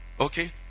okay